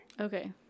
Okay